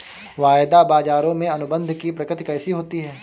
वायदा बाजारों में अनुबंध की प्रकृति कैसी होती है?